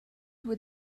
would